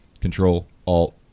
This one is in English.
Control-Alt